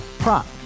Prop